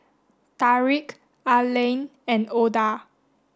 Tarik Aline and Oda